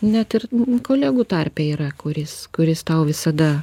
net ir kolegų tarpe yra kuris kuris tau visada